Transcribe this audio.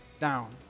down